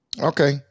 okay